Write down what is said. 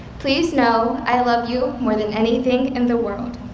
please know i love you more than anything in the world.